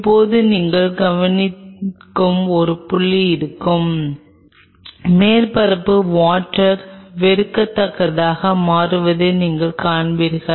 இப்போது நீங்கள் கவனிக்கும் ஒரு புள்ளி இருக்கும் மேற்பரப்பு வாட்டர் வெறுக்கத்தக்கதாக மாறுவதை நீங்கள் காண்பீர்கள்